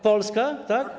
Polska, tak?